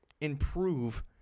improve